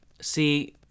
see